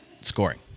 scoring